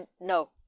no